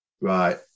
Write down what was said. Right